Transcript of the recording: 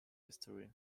history